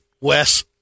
Wes